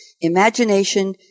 Imagination